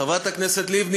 חברת הכנסת לבני,